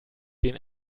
den